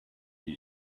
you